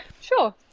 sure